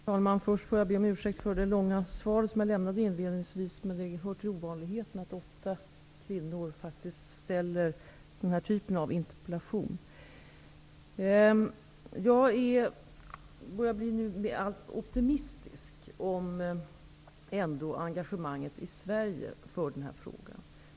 Herr talman! Jag vill först be om ursäkt för det långa svar jag lämnade inledningsvis, men det hör till ovanligheterna att åtta kvinnor faktiskt ställer den här typen av interpellation. Jag börjar ändå nu bli alltmer optimistisk om engagemanget i Sverige för den här frågan.